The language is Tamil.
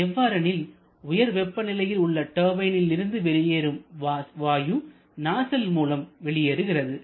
எவ்வாறெனில் உயர் வெப்ப நிலையில் உள்ள டர்பைனில் இருந்து வெளியேறும் வாயு நாசில் மூலம் வெளியேறுகிறது